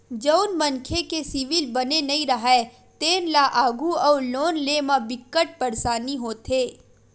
जउन मनखे के सिविल बने नइ राहय तेन ल आघु अउ लोन लेय म बिकट परसानी होथे